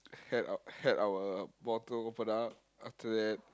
had our had our bottle open up after that